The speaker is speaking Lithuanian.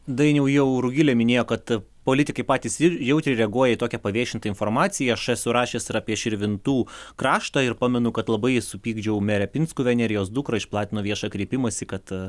dainiau jau rugilė minėjo kad politikai patys ir jautriai reaguoja į tokią paviešintą informaciją aš esu rašęs ir apie širvintų kraštą ir pamenu kad labai supykdžiau merę pinskuvienę ir jos dukrą išplatino viešą kreipimąsi kad